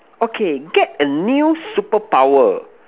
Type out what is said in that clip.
okay get a new super power